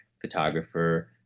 photographer